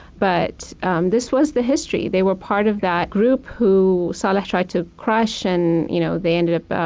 but um this was the history. they were part of that group who saleh tried to crush, and you know they ended up.